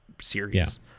series